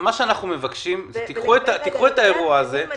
מה שאנחנו מבקשים, קחו את האירוע הזה